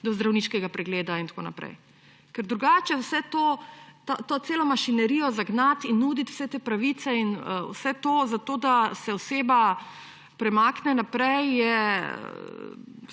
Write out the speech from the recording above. do zdravniškega pregleda in tako naprej. Ker drugače je nesmiselno to celo mašinerijo zagnati in nuditi vse te pravice in vse to, zato da se oseba premakne naprej.